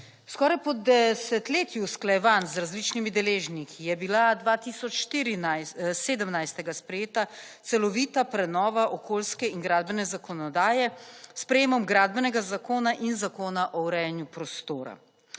Skoraj po desetletju usklajevanj z različnimi deležniki je bila 2017 sprejeta celovita prenova okoljske in gradbene zakonodaje s sprejemom gradbenega zakona in Zakona o urejanju prostora.